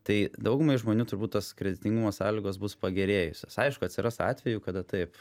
tai daugumai žmonių turbūt tos kreditingumo sąlygos bus pagerėjusios aišku atsiras atvejų kada taip